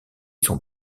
son